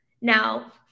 Now